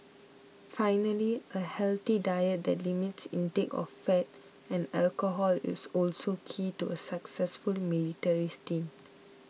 finally a healthy diet that limits intake of fat and alcohol is also key to a successful military stint